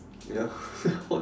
ya what